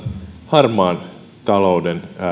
harmaan talouden